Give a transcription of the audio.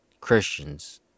Christians